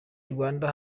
rwanda